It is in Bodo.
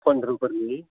फन्द्र'फोरनि